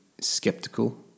skeptical